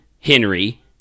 Henry